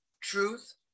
truth